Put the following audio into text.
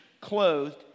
clothed